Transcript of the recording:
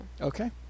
okay